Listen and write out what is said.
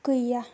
गैया